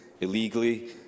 illegally